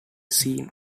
seen